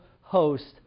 host